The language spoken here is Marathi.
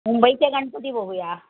मुंबईचे गणपती बघूया